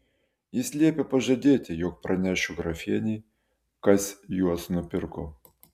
jis liepė pažadėti jog pranešiu grafienei kas juos nupirko